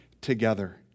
together